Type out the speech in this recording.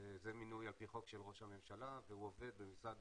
זה מינוי על פי חוק של ראש הממשלה והוא עובד במשרד